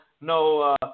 no